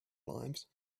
limes